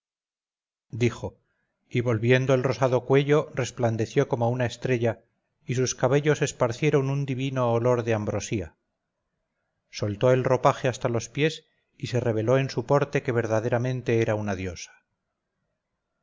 dijo y volviendo el rosado cuello resplandeció como una estrella y sus cabellos esparcieron un divino olor de ambrosía soltó el ropaje hasta los pies y se reveló en su porte que verdaderamente era una diosa